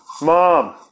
Mom